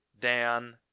Dan